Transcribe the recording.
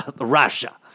Russia